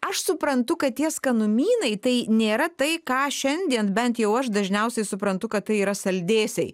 aš suprantu kad tie skanumynai tai nėra tai ką šiandien bent jau aš dažniausiai suprantu kad tai yra saldėsiai